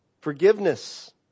Forgiveness